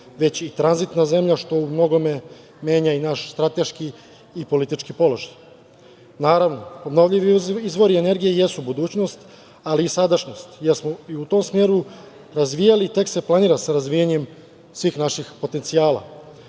već i tranzitna zemlja što u mnogome menja i naš strateški i politički položaj. Naravno, obnovljivi izvori energije jesu budućnost, ali i sadašnjost, jer smo i u tom smeru razvijali, a tek se planira sa razvijanjem svih naših potencijala,